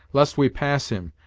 lest we pass him,